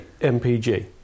MPG